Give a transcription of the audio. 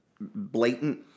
blatant